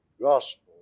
gospel